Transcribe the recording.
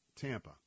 Tampa